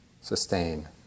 sustain